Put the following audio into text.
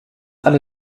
alle